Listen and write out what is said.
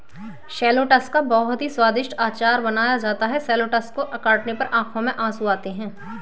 shallots का बहुत ही स्वादिष्ट अचार बनाया जाता है शैलोट्स को काटने पर आंखों में आंसू आते हैं